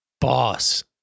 Boss